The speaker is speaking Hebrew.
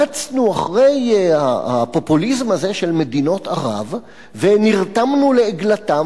רצנו אחרי הפופוליזם הזה של מדינות ערב ונרתמנו לעגלתן,